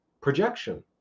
projection